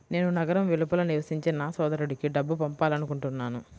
నేను నగరం వెలుపల నివసించే నా సోదరుడికి డబ్బు పంపాలనుకుంటున్నాను